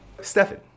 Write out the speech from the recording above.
Stefan